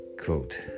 quote